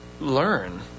learn